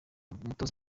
umutoza